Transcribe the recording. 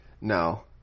No